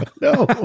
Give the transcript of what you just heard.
No